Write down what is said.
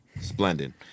Splendid